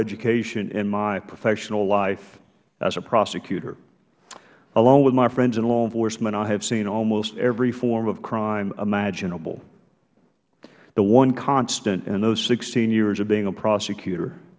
education in my professional life as a prosecutor along with my friends in law enforcement i have seen almost every form of crime imaginable the one constant in those sixteen years of being a prosecutor